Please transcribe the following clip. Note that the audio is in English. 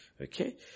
okay